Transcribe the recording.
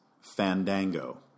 Fandango